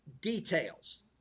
details